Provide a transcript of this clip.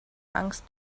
angst